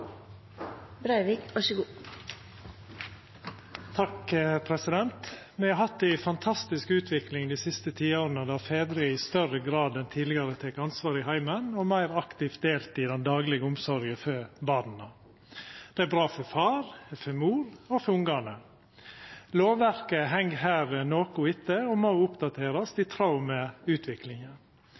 Me har hatt ei fantastisk utvikling dei siste tiåra, der fedrar i større grad enn tidlegare har teke ansvar i heimen og meir aktivt delteke i den daglege omsorga for barna. Det er bra for far, mor og barn. Lovverket heng her noko etter og må oppdaterast i tråd med utviklinga.